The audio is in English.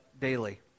daily